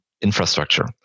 infrastructure